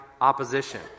opposition